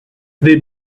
they